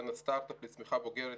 בין סטארט-אפ לצמיחה בוגרת,